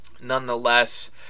nonetheless